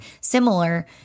similar